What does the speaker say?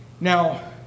Now